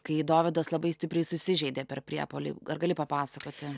kai dovydas labai stipriai susižeidė per priepuolį ar gali papasakoti